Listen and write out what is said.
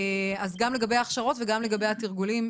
אז גם לגבי הכשרות וגם לגבי תרגולים,